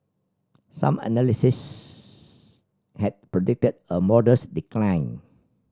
some analysts had predicted a modest decline